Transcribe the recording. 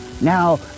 now